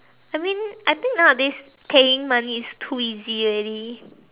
I mean I think nowadays paying money is too easy already